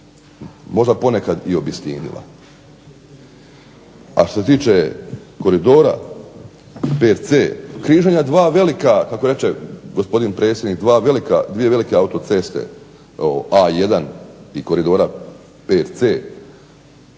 možda ponekad i obistinila. A što se tiče koridora VC, križanja dva velika, kako reče gospodin predsjednik, dvije velike autoceste A1 i koridora VC,